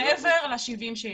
מעבר ל-70 שיש.